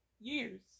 years